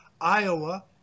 Iowa